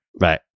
Right